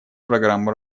программу